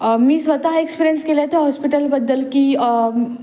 मी स्वतः एक्सपिरियन्स केला त्या हॉस्पिटलबद्दल की